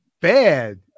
bad